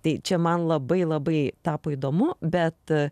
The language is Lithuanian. tai čia man labai labai tapo įdomu bet